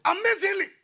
amazingly